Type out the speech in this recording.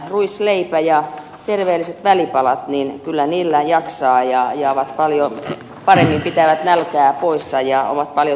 ruisleivällä ja terveellisillä välipaloilla kyllä jaksaa ja ne paljon paremmin pitävät nälkää poissa ja ovat paljon terveellisempiä